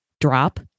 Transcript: drop